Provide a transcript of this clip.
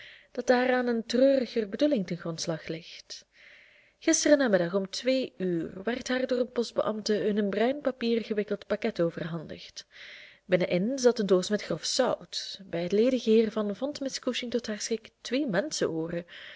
dat daaraan een treuriger bedoeling ten grondslag ligt gisteren namiddag om twee uur werd haar door een postbeambte een in bruin papier gewikkeld pakket overhandigd binnen in zat een doos met grof zout bij het ledigen hiervan vond miss cushing tot haar schrik twee